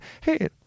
Hey